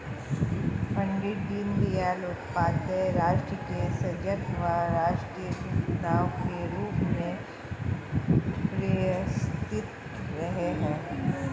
पण्डित दीनदयाल उपाध्याय राष्ट्र के सजग व राष्ट्र भक्त के रूप में प्रेरणास्त्रोत रहे हैं